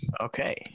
Okay